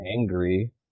angry